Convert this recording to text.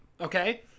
okay